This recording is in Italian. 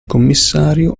commissario